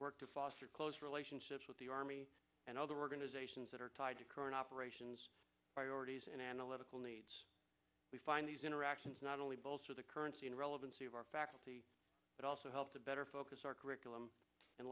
to foster close relationships with the army and other organizations that are tied to current operations priorities and analytical needs we find these interactions not only bolster the currency and relevancy of our faculty but also help to better focus our curriculum in